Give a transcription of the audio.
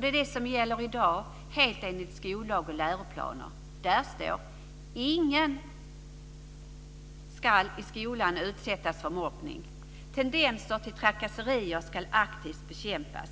Det är det som gäller i dag helt enligt skollag och läroplaner. Där står: "Ingen skall i skolan utsättas för mobbning. Tendenser till trakasserier skall aktivt bekämpas.